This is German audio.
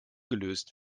gelöst